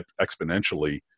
exponentially